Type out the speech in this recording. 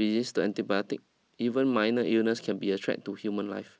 resist to antibiotics even minor illness can be a threat to human life